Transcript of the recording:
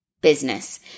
business